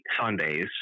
Sundays